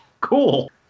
Cool